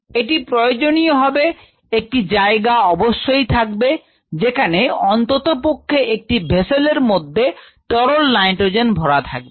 এটি প্রয়োজনীয় হবে একটি জায়গা অবশ্যই থাকবে যেখানে অন্ততপক্ষে একটি ভেসেল এর মধ্যে তরল নাইট্রোজেন ভরা থাকবে